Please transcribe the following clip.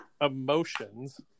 emotions